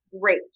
Great